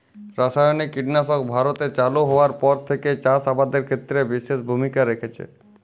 রাসায়নিক কীটনাশক ভারতে চালু হওয়ার পর থেকেই চাষ আবাদের ক্ষেত্রে বিশেষ ভূমিকা রেখেছে